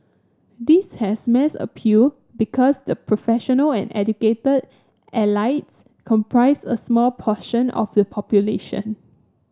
this has mass appeal because the professional and educated elites comprise a small portion of the population